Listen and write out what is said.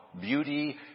beauty